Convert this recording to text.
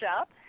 up